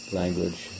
language